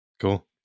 Cool